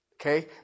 Okay